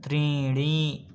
त्रीणि